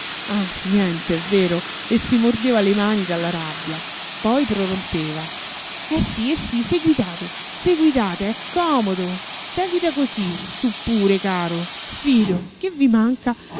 ah niente è vero e si mordeva le mani dalla rabbia poi prorompeva eh sì eh sì seguitate seguitate è comodo seguita così tu pure caro sfido che vi manca